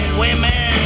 women